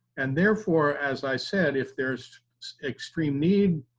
and therefore as i said, if there's extreme need,